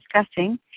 discussing